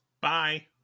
bye